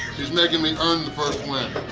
he's making me earn the first win.